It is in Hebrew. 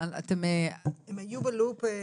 הם היו בלופ?